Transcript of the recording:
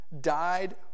died